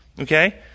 Okay